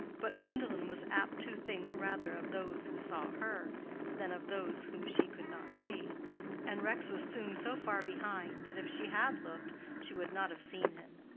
but gwendolen was apt to think rather of those who saw her than of those whom she could not see and rex was soon so far behind that if she had looked she would not have seen him.